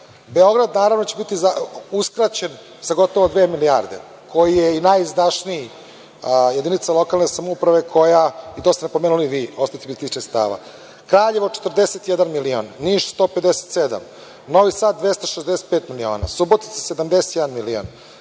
Beograd će biti uskraćen sa gotovo dve milijarde koji je i najizdašnija jedinica lokalne samouprave, to ste napomenuli vi, ostaće bez tih sredstava. Kraljevo 41 milion, Niš 157, Novi Sad 265, Subotica 71 milion,